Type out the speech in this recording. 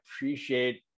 appreciate